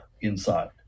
inside